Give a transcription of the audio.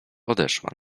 odeszła